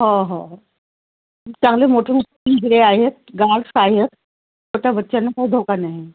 हो हो हो चांगले मोठे मोठे पिंजरे आहेत गार्ड्स आहेत छोट्या बच्चांना काही धोका नाही आहे